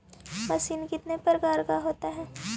Machine कितने प्रकार का होता है?